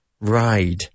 ride